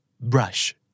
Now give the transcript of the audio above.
Brush